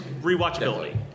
rewatchability